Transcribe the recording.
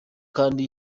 kandi